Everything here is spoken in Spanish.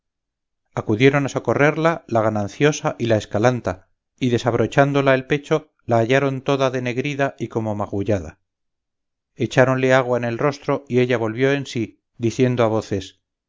acudieron a socorrerla la gananciosa y la escalanta y desabrochándola el pecho la hallaron toda denegrida y como magullada echáronle agua en el rostro y ella volvió en sí diciendo a voces